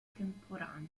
temporanee